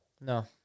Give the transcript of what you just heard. No